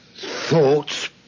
Thoughts